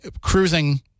cruising